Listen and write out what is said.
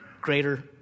greater